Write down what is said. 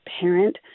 parent